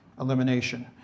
elimination